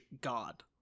God